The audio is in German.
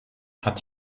hat